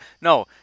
no